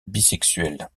bisexuel